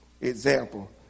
Example